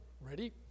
Ready